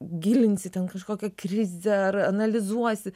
gilinsi ten kažkokią krizę ar analizuosi